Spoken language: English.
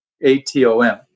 A-T-O-M